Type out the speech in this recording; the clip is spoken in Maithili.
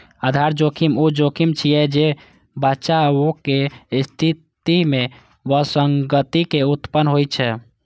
आधार जोखिम ऊ जोखिम छियै, जे बचावक स्थिति मे विसंगति के उत्पन्न होइ छै